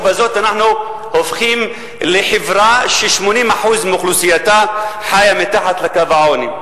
ובזאת אנחנו הופכים לחברה ש-80% מאוכלוסייתה חיה מתחת לקו העוני?